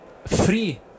free